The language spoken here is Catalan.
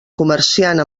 comerciant